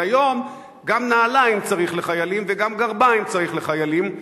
אבל היום גם נעליים צריך לחיילים וגם גרביים צריך לחיילים.